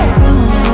room